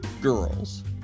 girls